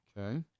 Okay